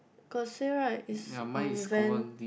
got say right it's on van